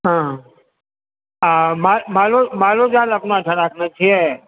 हॅं आ मालोजाल अपना ओहिठाम रखने छियै